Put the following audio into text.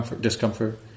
discomfort